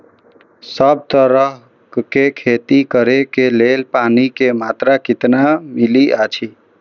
सब तरहक के खेती करे के लेल पानी के मात्रा कितना मिली अछि?